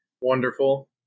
Wonderful